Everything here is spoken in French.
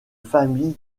famille